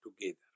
together